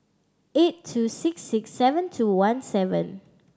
eight two six six seven two one seven